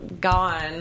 gone